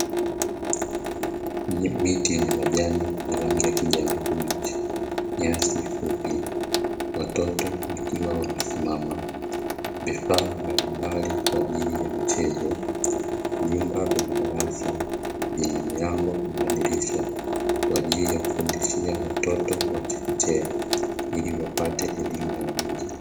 Miti yenye majani ya rangi ya kijani kibichi, nyasi fupi, watoto wakiwa wamesimama, vifaa mbalimbali kwa ajili ya michezo, vyumba vya madarasa vyenye milango na madirisha kwa ajili ya kufundishia watoto wa chekechea ili wapate elimu na ujuzi.